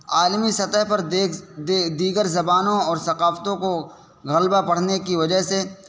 عالمی سطح پر دیگر زبانوں اور ثقافتوں کو غلبہ بڑھنے کی وجہ سے